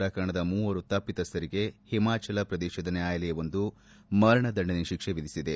ಪ್ರಕರಣದ ಮೂವರು ತಪ್ಪಿತಸ್ವರಿಗೆ ಹಿಮಾಚಲ ಪ್ರದೇಶದ ನ್ಯಾಯಾಲಯವೊಂದು ಮರಣ ದಂಡನೆ ಶಿಕ್ಷೆ ವಿಧಿಸಿದೆ